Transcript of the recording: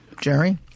jerry